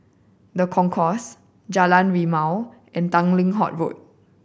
The Concourse Jalan Rimau and Tanglin Halt Road